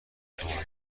شما